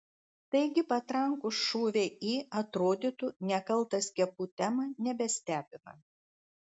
taigi patrankų šūviai į atrodytų nekaltą skiepų temą nebestebina